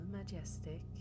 Majestic